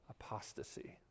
apostasy